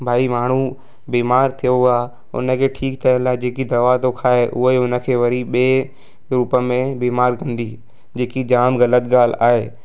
भाई माण्हू बीमार थियो आहे हुनखे ठीकु करण लाइ जेकी दवा थो खाए उहो ई हुनखे वरी ॿिए रूप में बीमार कंदी जेकी जाम ग़लति ॻाल्हि आहे